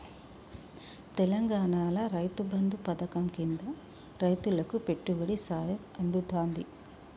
తెలంగాణాల రైతు బంధు పథకం కింద రైతులకు పెట్టుబడి సాయం అందుతాంది